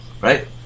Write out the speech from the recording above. right